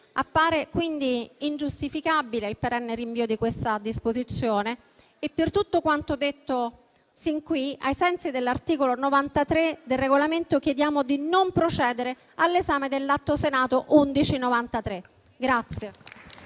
Appare pertanto ingiustificabile il perenne rinvio di questa disposizione e per tutto quanto detto sin qui, ai sensi dell'articolo 93 del Regolamento, chiediamo di non procedere all'esame dell'Atto Senato 1193.